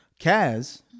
Kaz